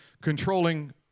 controlling